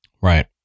Right